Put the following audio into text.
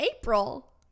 April